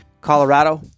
Colorado